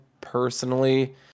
personally